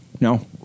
no